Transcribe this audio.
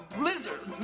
blizzard